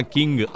King